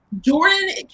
Jordan